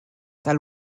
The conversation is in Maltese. tal